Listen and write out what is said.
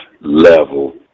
level